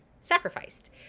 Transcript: sacrificed